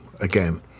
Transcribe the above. again